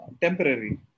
temporary